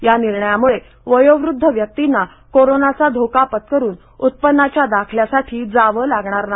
या निर्णयामुळे वयोवुद्ध व्यक्तींना कोरोनाचा धोका पत्करून उत्पन्नाच्या दाखल्यासाठी जावं लागणार नाही